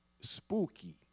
spooky